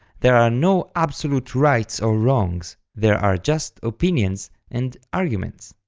there are no absolute rights or wrongs, there are just opinions and arguments.